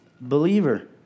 believer